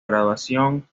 graduación